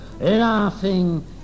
laughing